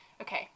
okay